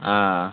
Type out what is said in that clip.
ஆ